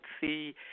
see